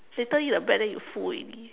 later eat the bread then you full already